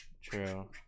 True